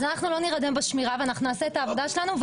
אז אנחנו לא נירדם בשמירה ואנחנו נעשה את העבודה שלנו,